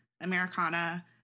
Americana